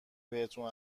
بهتون